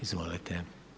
Izvolite.